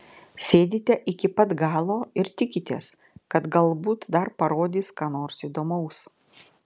sėdite iki pat galo ir tikitės kad galbūt dar parodys ką nors įdomaus